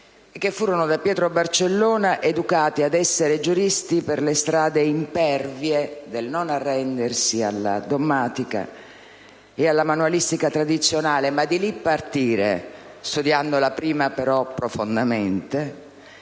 che furono educati da Pietro Barcellona ad esserlo per le strade impervie del non arrendersi alla dommatica e alla manualistica tradizionale, ma da lì partire - studiandola prima, però, profondamente